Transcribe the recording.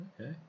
Okay